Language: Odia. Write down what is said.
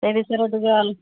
ସେ ବିଷୟରେ ଗୋଟେ ଟିକେ